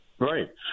Right